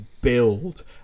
build